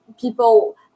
people